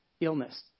illness